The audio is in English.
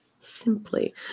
simply